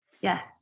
Yes